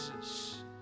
Jesus